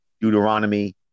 Deuteronomy